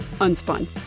unspun